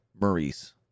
Maurice